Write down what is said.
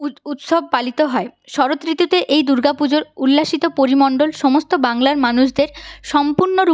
উৎসব পালিত হয় শরৎ ঋতুতে এই দূর্গা পুজোর উল্লাসিত পরিমণ্ডল সমস্ত বাংলার মানুষদের সম্পূর্ণ রূপে